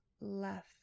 left